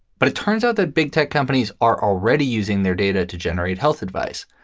but it turns out the big tech companies are already using their data to generate health advice.